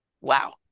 wow